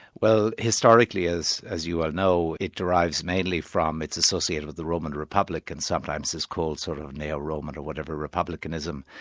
well historically, as as you well know, it derives mainly from, it's associated with the roman republic and sometimes is called sort of neo-roman or whatever, republicanism.